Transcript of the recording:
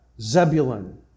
Zebulun